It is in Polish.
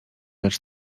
lecz